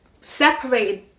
separated